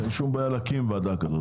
ואין שום בעיה להקים ועדה כזאת.